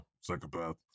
psychopath